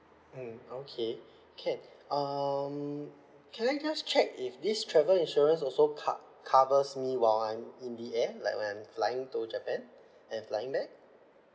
mm okay can um can I just check if this travel insurance also cov~ covers me while I'm in the air like when I'm flying to japan and flying back